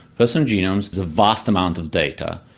person's genome is a vast amount of data.